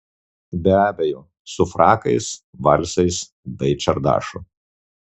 be abejo su frakais valsais bei čardašu